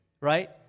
right